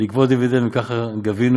לגבות דיבידנד, וככה גבינו